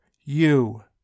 you